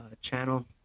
channel